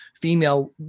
female